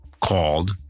Called